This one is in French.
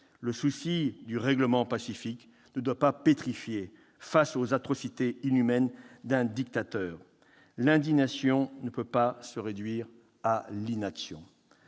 Le souci du règlement pacifique ne doit pas pétrifier face aux atrocités inhumaines d'un dictateur. L'indignation ne peut pas se réduire à l'inaction.